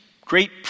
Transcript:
great